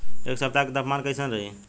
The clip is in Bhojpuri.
एह सप्ताह के तापमान कईसन रही?